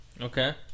Okay